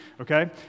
okay